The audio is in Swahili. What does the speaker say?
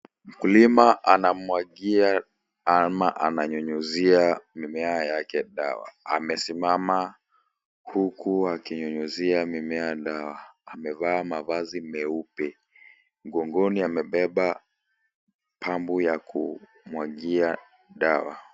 Mkulima anamwagia ama ananyunyizia mimea yake dawa. Amesimama huku akinyunyizia mimea dawa. Amevaa mavazi meupe. Mgongoni amebeba pampu ya kumwagia dawa.